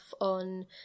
on